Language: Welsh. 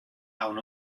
awn